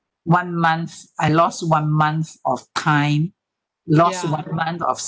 one month I lost one month of time lost one month of